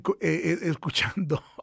escuchando